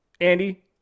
Andy